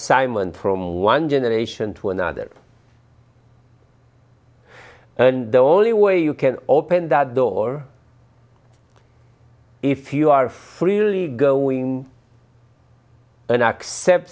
assignment from one generation to another and the only way you can open the door if you are freely going and accept